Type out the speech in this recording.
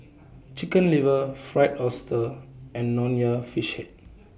Chicken Liver Fried Oyster and Nonya Fish Head